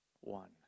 one